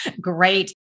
great